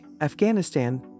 Afghanistan